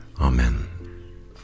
Amen